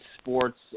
sports